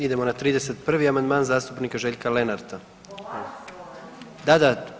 Idemo na 31. amandman zastupnika Željko Lenarta. ... [[Upadica se ne čuje.]] Da, da.